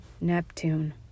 Neptune